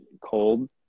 cold